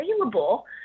available